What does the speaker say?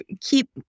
Keep